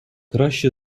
краще